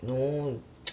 no